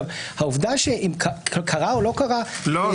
העובדה אם קרה או לא קרה --- לא.